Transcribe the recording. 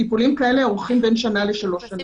טיפולים כאלה אורכים בין שנה לשלוש שנים,